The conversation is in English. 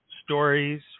stories